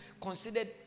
considered